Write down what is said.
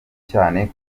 cyane